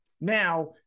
now